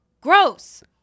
gross